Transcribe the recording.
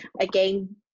again